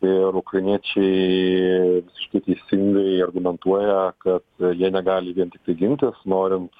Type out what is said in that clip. ir ukrainiečiai visiškai teisingai argumentuoja ka jie negali vien tiktai gintis norint